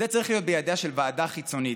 זה צריך להיות בידיה של ועדה חיצונית.